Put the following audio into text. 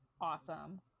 awesome